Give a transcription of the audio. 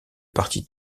parti